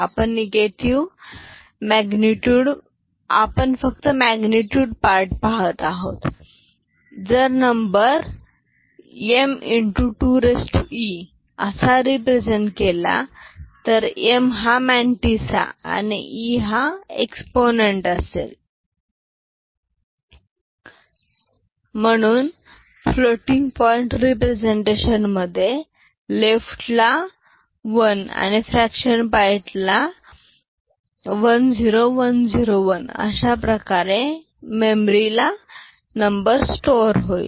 आपण फक्त magnitude part पाहत आहोत जर नंबर M x 2E असा रेप्रेसेंट केला तर M हा मांतिस्सा आणि E हा एक्स्पोनेंट असेल Number M x 2E म्हणून फ्लोटिंग पॉईंट रेप्रेसेंटेशन मध्ये लेफ्ट ल 1 आणि फ्रॅक्टनाल पार्ट 10101 अशा प्रकारे मेमरी ला नंबर स्टोअर होईल